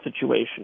situation